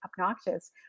obnoxious